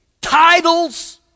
titles